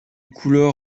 couleur